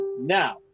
now